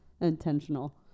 intentional